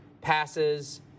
passes